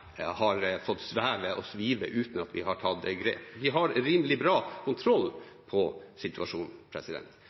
har fått svive og gå uten at vi har tatt grep. Vi har rimelig bra kontroll på situasjonen.